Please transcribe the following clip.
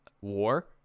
War